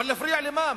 אבל להפריע למה?